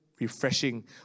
refreshing